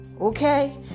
Okay